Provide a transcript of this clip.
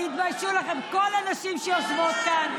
תתביישו לכן, כל הנשים שיושבות כאן.